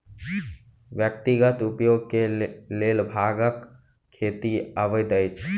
व्यक्तिगत उपयोग के लेल भांगक खेती अवैध अछि